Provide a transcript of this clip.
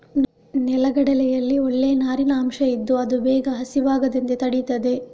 ನೆಲಗಡಲೆಯಲ್ಲಿ ಒಳ್ಳೇ ನಾರಿನ ಅಂಶ ಇದ್ದು ಅದು ಬೇಗ ಹಸಿವಾಗದಂತೆ ತಡೀತದೆ